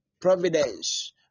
providence